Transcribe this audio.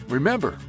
Remember